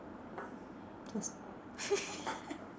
just